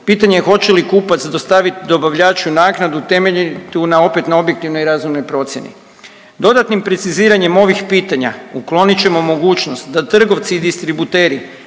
Pitanje je hoće li kupac dostaviti dobavljaču naknadu temeljenu na opet, na objektivnoj razumnoj procjeni. Dodatnim preciziranjem ovih pitanja uklonit ćemo mogućnost da trgovci i distributeri